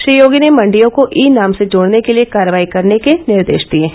श्री योगी ने मंडियों को ई नाम से जोड़ने के लिए कार्यवाही करने के निर्देश दिए हैं